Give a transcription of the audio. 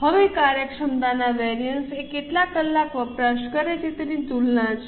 હવે કાર્યક્ષમતામાં વેરિએન્સ એ કેટલા કલાક વપરાશ કરે છે તેની તુલના છે